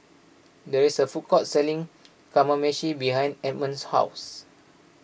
there is a food court selling Kamameshi behind Edmund's house